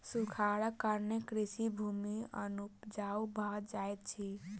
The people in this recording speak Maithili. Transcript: सूखाड़क कारणेँ कृषि भूमि अनुपजाऊ भ जाइत अछि